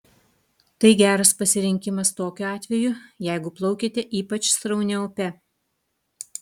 tai geras pasirinkimas tokiu atveju jeigu plaukiate ypač sraunia upe